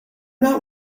not